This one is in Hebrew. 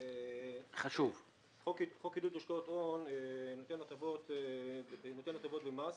חוק עידוד השקעות הון נותן לחברות הטבות במס,